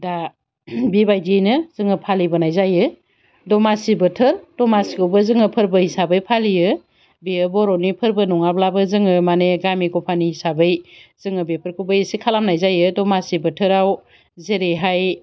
दा बेबायदियैनो जोङो फालिबोनाय जायो दमासि बोथोर दमासिखौबो जोङो फोरबो हिसाबै फालियो बेयो बर'नि फोरबो नङाब्लाबो जोङो माने गामि गफानि हिसाबै जोङो बेफोरखौबो एसे खालामनाय जायो दमासि बोथोराव जेरैहाय